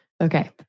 okay